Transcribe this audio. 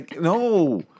no